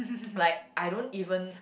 like I don't even